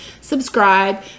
subscribe